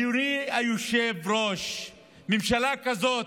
אדוני היושב-ראש, ממשלה כזאת,